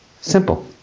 simple